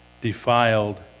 defiled